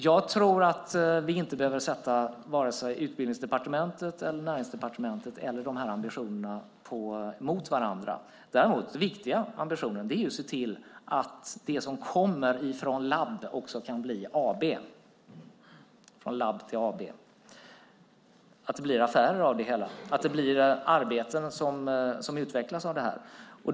Vi behöver nog inte sätta vare sig Utbildningsdepartementet, Näringsdepartementet eller dessa ambitioner mot varandra. Den viktiga ambitionen är att se till att det som kommer från labben också blir AB, det vill säga att det bli affärer av det hela och att arbete utvecklas av detta.